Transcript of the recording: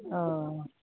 औ